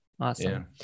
Awesome